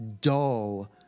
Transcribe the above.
dull